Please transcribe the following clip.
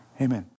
Amen